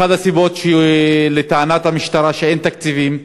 אחת הסיבות, לטענת המשטרה, היא שאין תקציבים.